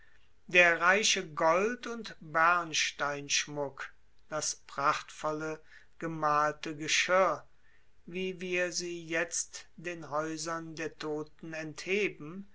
der reiche gold und bernsteinschmuck das prachtvolle gemalte geschirr wie wir sie jetzt den haeusern der toten entheben